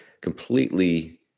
completely